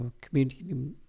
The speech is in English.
Community